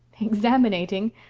examinating?